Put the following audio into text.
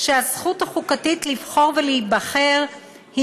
שהזכות החוקתית לבחור ולהיבחר היא